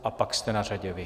A pak jste na řadě vy.